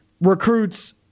recruits